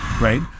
Right